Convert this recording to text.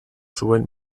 zuen